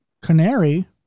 Canary